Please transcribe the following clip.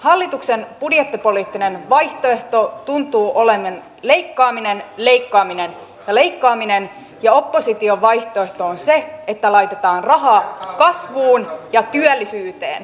hallituksen budjettipoliittinen vaihtoehto tuntuu olevan leikkaaminen leikkaaminen ja leikkaaminen ja opposition vaihtoehto on se että laitetaan rahaa kasvuun ja työllisyyteen